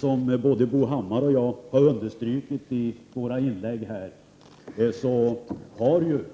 Som både Bo Hammar och jag har understrukit i våra inlägg har emellertid